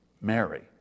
Mary